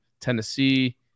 tennessee